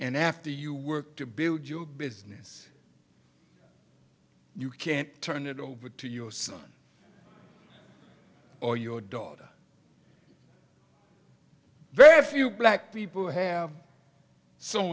and after you work to build your business you can't turn it over to your son or your daughter very few black people have so